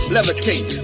Levitate